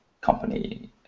company